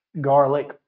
garlic